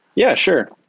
yeah, sure.